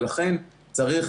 ולכן צריך,